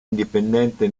indipendente